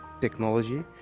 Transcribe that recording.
technology